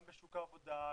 גם בשוק העבודה,